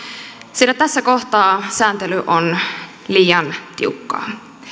sillä tässä kohtaa sääntely on liian tiukkaa